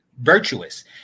Virtuous